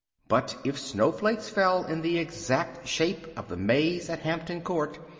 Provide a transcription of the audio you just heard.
but if snowflakes fell in the exact shape of the maze at hampton court,